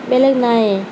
বেলেগ নায়েই